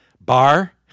bar